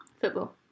Football